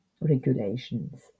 regulations